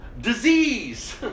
disease